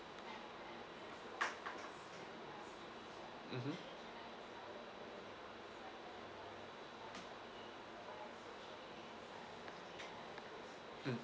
mmhmm mm